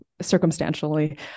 circumstantially